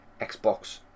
xbox